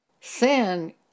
sin